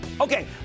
Okay